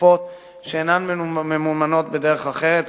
תרופות שאינן ממומנות בדרך אחרת,